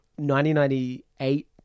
1998